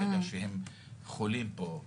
ברגע שהם חולים פה,